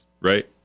right